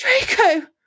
Draco